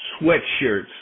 sweatshirts